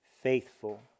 faithful